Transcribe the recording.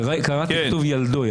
כתוב "ילדו".